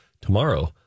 Tomorrow